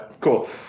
Cool